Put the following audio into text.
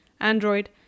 Android